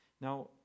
Now